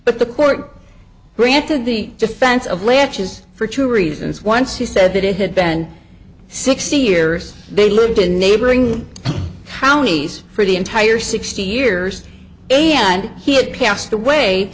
but the court granted the defense of latches for two reasons once he said that it had then sixty years they lived in neighboring counties for the entire sixty years am and he had passed away